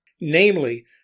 Namely